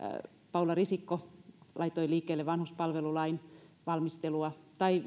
paula risikko laittoi liikkeelle vanhuspalvelulain valmistelua tai